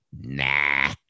Nah